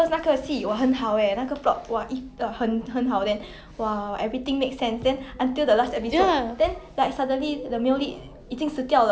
then like what happen I really so desperately for the ending then 我以为 like 那个最后两个 episode 会不错 will explain things for me in details